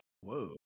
Whoa